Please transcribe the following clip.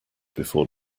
before